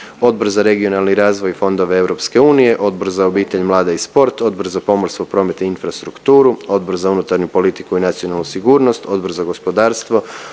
Odbor za regionalni razvoj i fondove EU, Odbor za obitelj, mlade i sport, Odbor za pomorstvo, promet i infrastrukturu, Odbor za unutarnju politiku i nacionalnu sigurnost, Odbor za gospodarstvo,